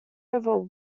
over